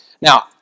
Now